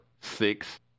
six